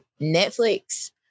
Netflix